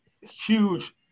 huge